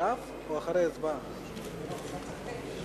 ונתחדשה בשעה 19:58.) חברי חברי